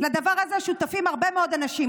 לדבר הזה שותפים הרבה מאוד אנשים.